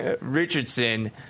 Richardson